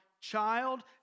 child